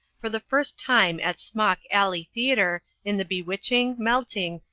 for the first time at smock alley theatre in the bewitching, melting,